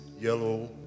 yellow